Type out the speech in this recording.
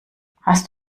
hast